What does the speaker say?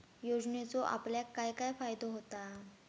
योजनेचो आपल्याक काय काय फायदो होता?